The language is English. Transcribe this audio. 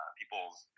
people's